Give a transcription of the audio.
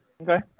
Okay